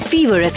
Fever